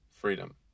freedom